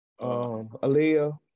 Aaliyah